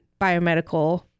biomedical